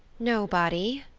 nobody,